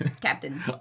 Captain